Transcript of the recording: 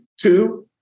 Two